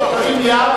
תרים יד,